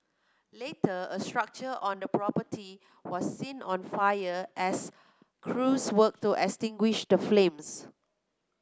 later a structure on the property was seen on fire as crews worked to extinguish the flames